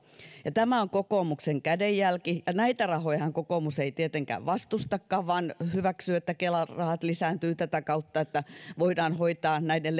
tämä on kokoomuksen kädenjälki ja näitä rahojahan kokoomus ei tietenkään vastusta vaan hyväksyy että kelan rahat lisääntyvät tätä kautta että voidaan hoitaa näiden